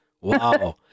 wow